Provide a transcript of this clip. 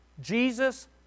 Jesus